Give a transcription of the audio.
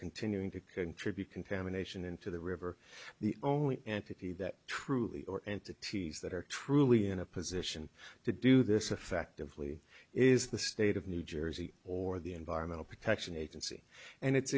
continuing to contribute contamination into the river the only entity that truly or entities that are truly in a position to do this effectively is the state of new jersey or the environmental protection agency and it's